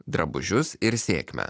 drabužius ir sėkmę